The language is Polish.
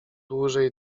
dłużej